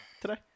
today